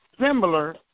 similar